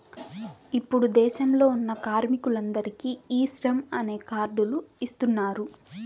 ఇప్పుడు దేశంలో ఉన్న కార్మికులందరికీ ఈ శ్రమ్ అనే కార్డ్ లు ఇస్తున్నారు